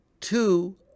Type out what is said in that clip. two